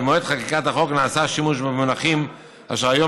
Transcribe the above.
במועד חקיקת החוק נעשה שימוש במונחים אשר היום